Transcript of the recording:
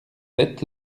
sept